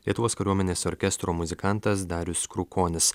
lietuvos kariuomenės orkestro muzikantas darius krukonis